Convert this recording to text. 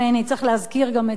צריך להזכיר גם את זה,